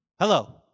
Hello